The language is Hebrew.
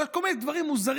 ועוד כל מיני דברים מוזכרים,